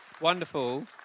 wonderful